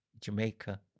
Jamaica